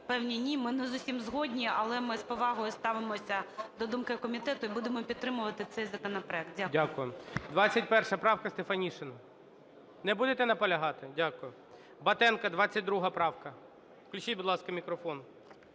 певні ні, ми не з усім згодні, але ми з повагою ставимося до думку комітету і буде підтримувати цей законопроект. Дякую. ГОЛОВУЮЧИЙ. Дякую. 21 правка, Стефанишина. Не будете наполягати? Дякую. Батенко, 22 правка. Включіть, будь ласка, мікрофон.